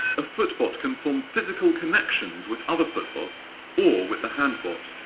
a footbot can form physical connections with other footbots or with the handbot.